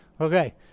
Okay